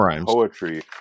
poetry